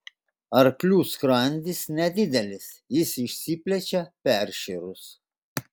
arklių skrandis nedidelis jis išsiplečia peršėrus